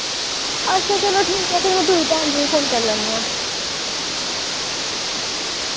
अच्छा ठीक ऐ थोह्ड़ा दिन ढलदे तुसेंगी फोन करने आं